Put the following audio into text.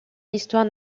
histoire